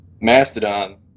Mastodon